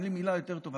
אין לי מילה יותר טובה,